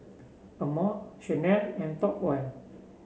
Amore Chanel and Top One